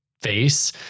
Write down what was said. face